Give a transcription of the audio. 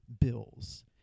bills